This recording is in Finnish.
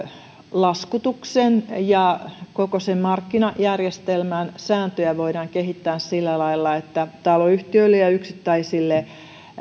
laskutuksen ja koko sen markkinajärjestelmän sääntöjä voidaan kehittää sillä lailla että taloyhtiöille ja yksittäisille